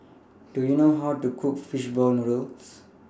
Do YOU know How to Cook Fish Ball Noodles